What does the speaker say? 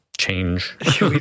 Change